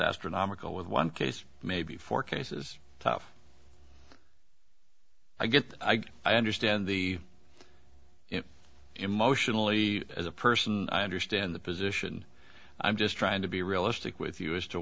astronomical with one case maybe four cases tough i get i get i understand the emotionally as a person i understand the position i'm just trying to be realistic with you as to